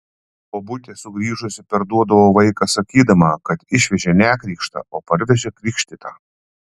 bobutė sugrįžusi perduodavo vaiką sakydama kad išvežė nekrikštą o parvežė krikštytą